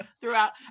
throughout